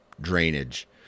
drainage